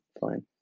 Fine